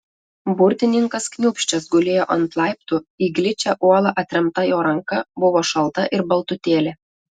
burtininkas kniūbsčias gulėjo ant laiptų į gličią uolą atremta jo ranka buvo šalta ir baltutėlė